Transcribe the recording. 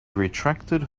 retracted